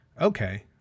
okay